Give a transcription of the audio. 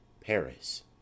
Paris